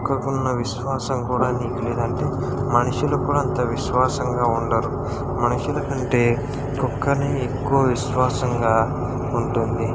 కుక్క ఉన్న విశ్వాసం కూడా నీకు లేదంటే మనుషులు కూడా అంత విశ్వాసంగా ఉండరు మనుషుల కంటే కుక్కనే ఎక్కువ విశ్వాసంగా ఉంటుంది